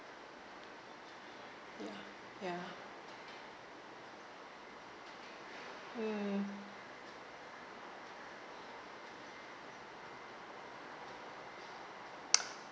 ya ya mm